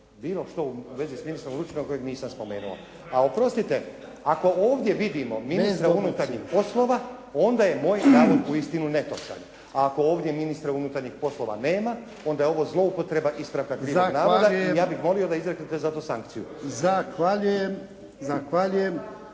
bilo što u vezi s ministrom Lučinom kojeg nisam spomenuo. A oprostite, ako ovdje vidimo ministra unutarnjih poslova onda je moj navod uistinu netočan. A ako ovdje ministra unutarnjih poslova nema onda je ovo zloupotreba ispravka krivog navoda i ja bih molio da izreknete za to sankciju.